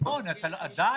בהחלפת דירה,